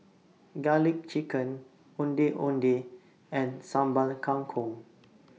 Garlic Chicken Ondeh Ondeh and Sambal Kangkong